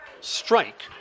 Strike